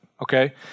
Okay